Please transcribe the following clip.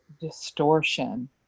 distortion